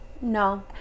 no